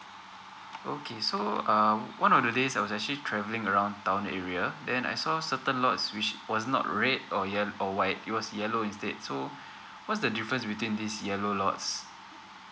okay so uh one of the days I was actually travelling around town area then I saw certain lots which was not red or yellow or white it was yellow instead so what's the difference between these yellow lots